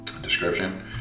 description